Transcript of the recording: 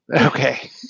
Okay